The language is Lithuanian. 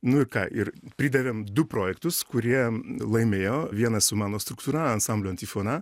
nu ir ką ir pridavėm du projektus kurie laimėjo vienas su mano struktūra ansamblio antifona